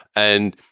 and,